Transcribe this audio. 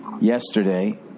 yesterday